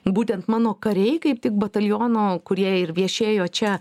būtent mano kariai kaip tik bataliono kurie ir viešėjo čia